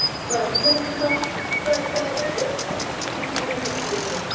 but and but there is called two components of vision.